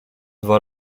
dwa